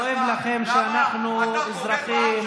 כואב לכם שאנחנו אזרחים.